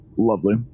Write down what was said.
Lovely